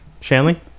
Shanley